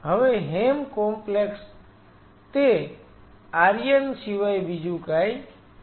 હવે heme complex તે iron સિવાય બીજું કંઈ નથી